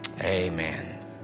Amen